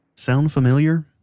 sound familiar?